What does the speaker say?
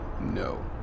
no